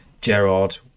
Gerard